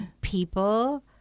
people